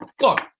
look